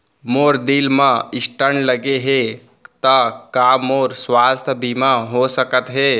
मोर दिल मा स्टन्ट लगे हे ता का मोर स्वास्थ बीमा हो सकत हे?